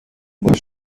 باش